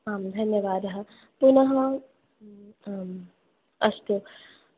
आं धन्यवादः पुनः आम् अस्तु